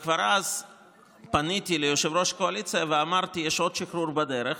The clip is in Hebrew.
כבר אז פניתי ליושב-ראש הקואליציה ואמרתי: יש עוד שחרור בדרך,